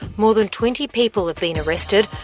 more than twenty people have been arrested,